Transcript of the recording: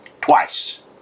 Twice